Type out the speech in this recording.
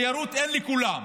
תיירות אין לכולם,